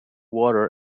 water